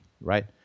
right